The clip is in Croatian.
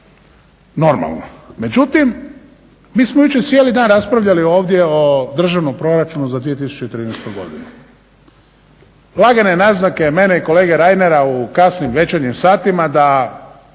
normalno. Međutim, mi smo jučer cijeli dan raspravljali ovdje o Državnom proračunu za 2013. godinu. Lagane naznake mene i kolege Reinera u kasnim večernjim satima da